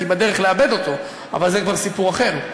היא בדרך לאבד אותו, אבל זה כבר סיפור אחר.